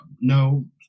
no